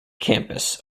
campus